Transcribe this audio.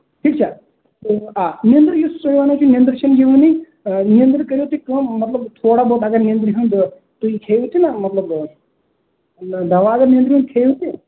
ٹھیٖک چھا آ نٮ۪نٛدٕر یُس تُہۍ وَنان چھِو نٮ۪نٛدٕر چھےٚ نہَ یِوانٕے نٮ۪نٛدٕر کٔرِو تُہۍ کٲم مطلب تھوڑا بہت اَگر نٮ۪نٛدٕرِ ہُنٛد تہۍ کھیٚیِو تہِ نا مطلب دوا اَگر نٮ۪نٛدٕرِ ہُنٛد کھیٚیِو تہِ